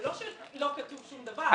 זה לא שלא כתוב שום דבר.